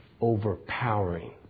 overpowering